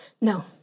no